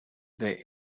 they